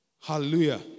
Hallelujah